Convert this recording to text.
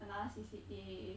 another C_C_A